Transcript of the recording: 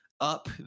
up